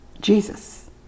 Jesus